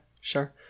sure